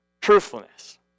truthfulness